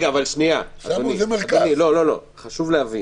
חשוב להבין,